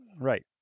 Right